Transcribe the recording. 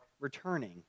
returning